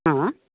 हा